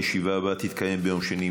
הישיבה הבאה תתקיים ביום שני,